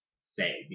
say